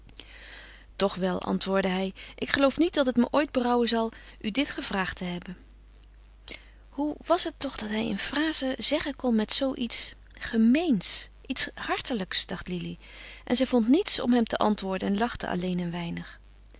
toch wel antwoordde hij ik geloof niet dat het me ooit berouwen zal u dit gevraagd te hebben hoe was het toch dat hij een fraze zeggen kon met zoo iets gemeends iets hartelijks dacht lili en zij vond niets om hem te antwoorden en lachte alleen een weinig